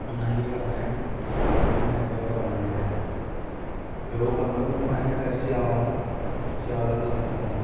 हून असें केह् करना ऐ हून असें अग्गें ओह् करना ऐ हून असें अग्गें सेआल सेआल आह्ली सब्ज़ी लानी